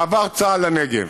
מעבר צה"ל לנגב.